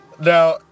Now